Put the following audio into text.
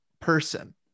person